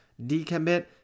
decommit